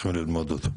צריכים ללמוד אותו.